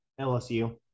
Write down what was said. LSU